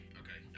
okay